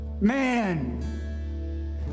Man